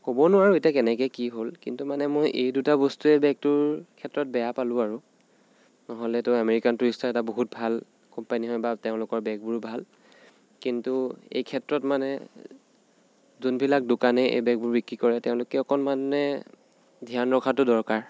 ক'ব নোৱাৰোঁ এতিয়া কেনেকৈ কি হ'ল কিন্তু মানে মই এই দুটা বস্তুয়েই বেগটোৰ ক্ষেত্ৰত বেয়া পালোঁ আৰু নহ'লেতো আমেৰিকান টুৰিষ্টাৰ এটা বহুত ভাল কোম্পেনী হয় বা তেওঁলোকৰ বেগবোৰো ভাল কিন্তু এইক্ষেত্ৰত মানে যোনবিলাক দোকানে এই বেগবোৰ বিক্ৰী কৰে তেওঁলোকে অকণমান মানে ধ্য়ান ৰখাটো দৰকাৰ